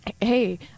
hey